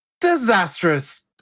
disastrous